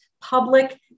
public